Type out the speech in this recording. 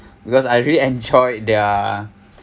because I really enjoyed their